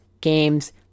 games